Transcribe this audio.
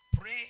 Pray